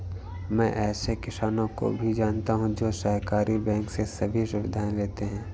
मैं ऐसे किसानो को भी जानता हूँ जो सहकारी बैंक से सभी सुविधाएं लेते है